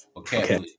okay